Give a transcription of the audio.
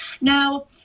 now